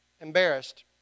embarrassed